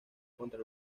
contra